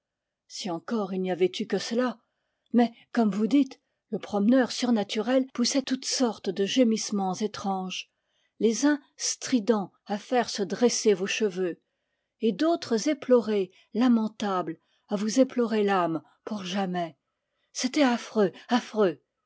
si encore il n'y avait eu que cela mais comme vous dites le promeneur surnaturel poussait toutes sortes de gémissements étranges les uns stridents à faire se dresser vos cheveux et d'autres éplorés lamentables à vous éplorer l'âme pour jamais c'était affreux affreux